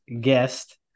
guest